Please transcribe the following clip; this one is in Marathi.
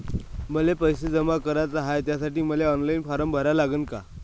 मले पैसे जमा कराच हाय, त्यासाठी मले ऑनलाईन फारम भरा लागन का?